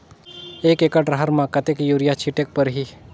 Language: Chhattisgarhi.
एक एकड रहर म कतेक युरिया छीटेक परही?